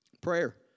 prayer